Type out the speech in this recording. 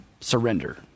surrender